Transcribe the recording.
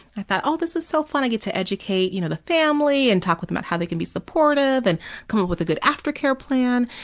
i thought, oh, this is so fun. i get to educate you know the family and talk with them how they can be supportive and come up with a good after-care plan,